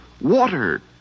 water